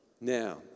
Now